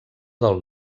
del